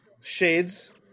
Shades